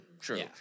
true